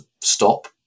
stop